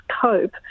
cope